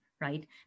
right